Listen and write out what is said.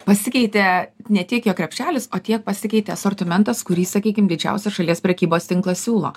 pasikeitė ne tiek jo krepšelis o tiek pasikeitė asortimentas kurį sakykim didžiausias šalies prekybos tinklas siūlo